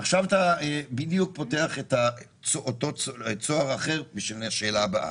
עכשיו אתה בדיוק פותח צוהר אחר בשביל השאלה הבאה.